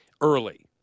early